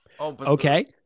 okay